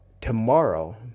Tomorrow